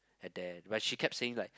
at there but she kept saying like